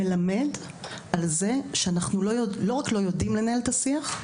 מלמד שלא רק שאנחנו לא יודעים איך לנהל את השיח,